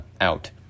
out